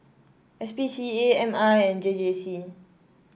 S P C A M I and J J C